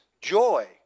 joy